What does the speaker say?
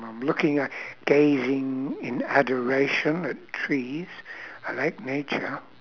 I'm looking at gazing in adoration of trees I like nature